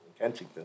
Kensington